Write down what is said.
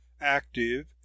active